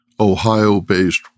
Ohio-based